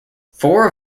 four